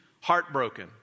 heartbroken